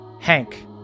Hank